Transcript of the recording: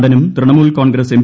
നടനും ത്രിണമുൽ കോൺഗ്രസ് എം